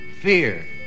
Fear